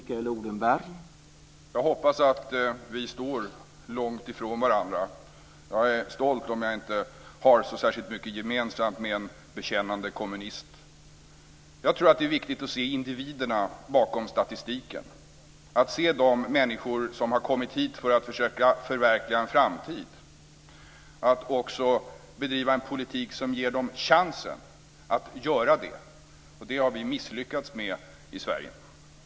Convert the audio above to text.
Herr talman! Jag hoppas att vi står långt ifrån varandra. Jag är stolt om jag inte har så särskilt mycket gemensamt med en bekännande kommunist. Det är viktigt att se individerna bakom statistiken. Vi ska se de människor som kommit hit för att försöka förverkliga en framtid och också bedriva en politik som ger dem chansen att göra det. Det har vi misslyckats med i Sverige.